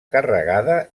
carregada